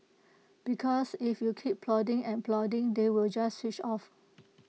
because if you keep prodding and prodding they will just switch off